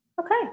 Okay